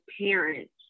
parents